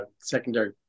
secondary